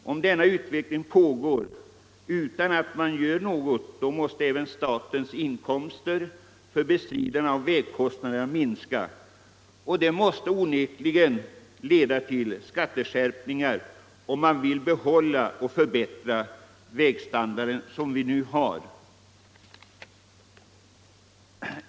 Om denna utveckling pågår utan att något görs åt den, då måste även statens inkomster för bestridande av vägkostnaderna minska. Det måste onekligen leda till skatteskärpningar om man vill behålla och förbättra den nuvarande vägstandarden. Herr talman!